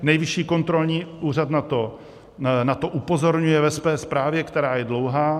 Nejvyšší kontrolní úřad na to upozorňuje ve své zprávě, která je dlouhá.